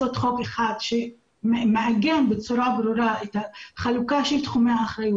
לעשות חוק אחד שמאגם בצורה ברורה את חלוקת תחומי האחריות.